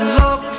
look